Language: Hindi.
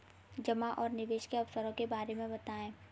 जमा और निवेश के अवसरों के बारे में बताएँ?